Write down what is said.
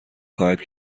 خواهد